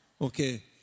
Okay